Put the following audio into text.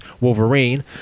Wolverine